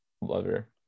lover